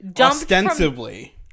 Ostensibly